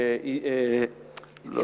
אידיאלי.